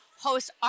host